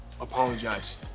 apologize